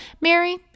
Mary